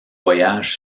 voyage